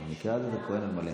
אז במקרה הזה זה כוהן מלא.